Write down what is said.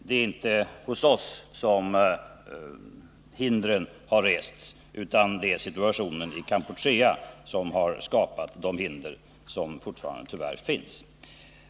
Det är inte hos oss som hindren har rests, utan det är situationen i Kampuchea som har skapat de hinder som fortfarande tyvärr finns.